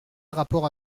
rapport